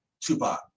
Tupac